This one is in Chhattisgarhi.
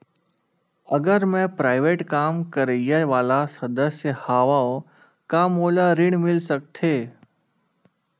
अगर मैं प्राइवेट काम करइया वाला सदस्य हावव का मोला ऋण मिल सकथे?